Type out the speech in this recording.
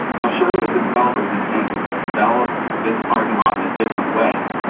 now, surely if the developer's intent was to develop this parking lot in a different way,